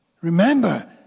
remember